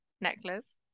necklace